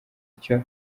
icyo